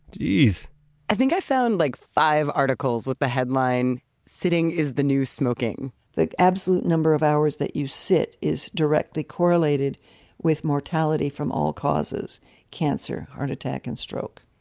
jeez i think i found like five articles with the headline sitting is the new smoking. the absolute number of hours that you sit is directly correlated with mortality from all causes cancer, heart attack, and stroke.